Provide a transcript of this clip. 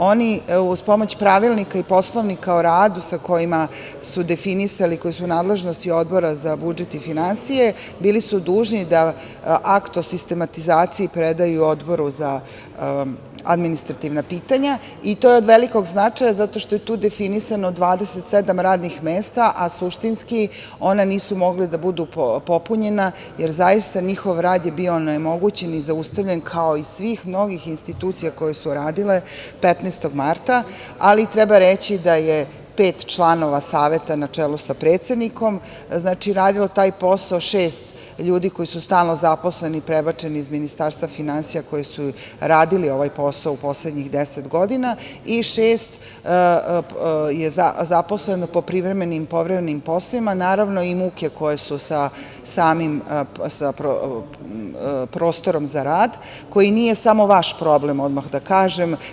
Oni uz pomoć pravilnika i poslovnika o radu, sa kojima su definisali i koji su nadležnosti odbora za budžet i finansije, bili su dužni da akt o sistematizaciji predaju odboru za administrativna pitanja, i to je od velikog značaja jer je tu definisano 27 radnih mesta, a suštinski ona nisu mogla da budu popunjena, jer zaista njihov rad je bio onemogućen i zaustavljen kao i svih novih institucija koje su radile 15. marta, ali treba reći da je 5 članova saveta na čelu sa predsednikom, znači radila taj posao, 6 ljudi koji su stalno zaposleni, prebačeni iz Ministarstva finansija, koji su radili ovaj posao u poslednjih 10 godina i 6 je zaposleno po privremenim i povremenim poslovima, i muke koje su sa samim prostorom za rad, koji nije samo vaš problem, odmah da kažem.